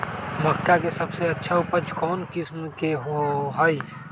मक्का के सबसे अच्छा उपज कौन किस्म के होअ ह?